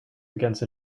against